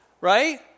right